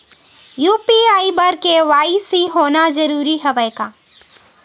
UPI बर KYC होना जरूरी हवय का?